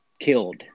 killed